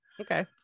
Okay